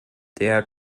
der